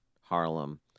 Harlem